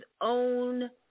own